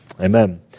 Amen